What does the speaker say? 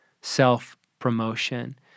self-promotion